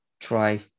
try